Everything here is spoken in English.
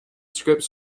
scripts